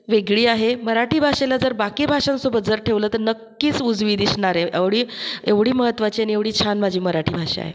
वेगळी आहे मराठी भाषेला जर बाकी भाषांसोबत जर ठेवलं तर नक्कीच उजवी दिसणारे एवढी एवढी महत्वाची आणि एवढी छान माझी मराठी भाषा आहे